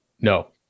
No